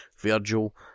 Virgil